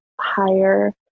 higher